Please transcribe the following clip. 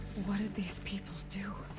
what did these people do?